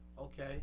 Okay